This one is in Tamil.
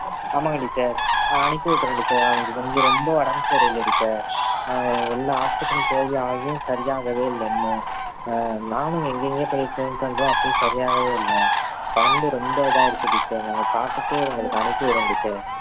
ஆமாங்க டீச்சர் ஆ அனுப்பி விட்றேன் டீச்சர் அவனுக்கு கொஞ்சம் ரொம்ப உடம்பு சரியில்லை டீச்சர் எல்லா ஹாஸ்பிடல் போயி ஆகியும் சரியாகவே இல்லை இன்னும் ஆ நானும் எங்கங்கையோ போய் ட்ரை பண்ணுறோம் அப்போயும் சரியாகவே இல்லை உடம்பு ரொம்ப இதாயிடுச்சு டீச்சர் நாங்கள் பார்த்துட்டு உங்களுக்கு அனுப்பி விடறேன் டீச்சர்